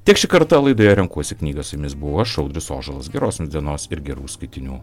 tiek šį kartą laidoje renkuosi knygą su jumis buvau aš audrius ožalas geros jums dienos ir gerų skaitinių